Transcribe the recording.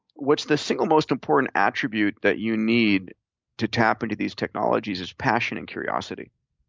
what's the single most important attribute that you need to tap into these technologies is passion and curiosity.